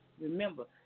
remember